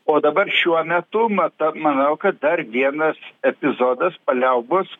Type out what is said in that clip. o dabar šiuo metu mat manau kad dar vienas epizodas paliaubos